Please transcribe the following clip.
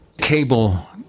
cable